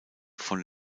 von